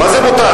מה זה מותר?